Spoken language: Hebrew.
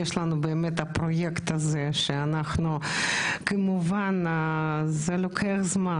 יש לנו את הפרויקט הזה, כמובן שזה לוקח זמן.